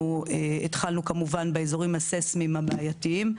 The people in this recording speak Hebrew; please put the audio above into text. התחלנו כמובן באזורים הסיסמיים הבעייתיים.